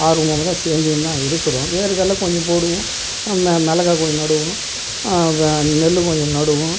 ஆர்வமானதா செய்துன்னுதான் இருக்கிறோம் வேர்க்கடல கொஞ்சம் போடுவோம் மிளகா கொஞ்சம் நடுவோம் நெல் கொஞ்சம் நடுவோம்